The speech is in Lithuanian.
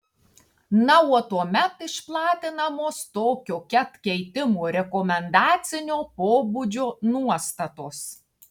na o tuomet išplatinamos tokio ket keitimo rekomendacinio pobūdžio nuostatos